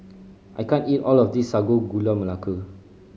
I can't eat all of this Sago Gula Melaka